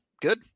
good